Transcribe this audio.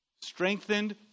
strengthened